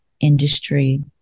industry